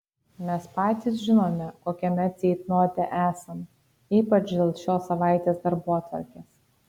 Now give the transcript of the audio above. mes patys žinome kokiame ceitnote esam ypač dėl šios savaitės darbotvarkės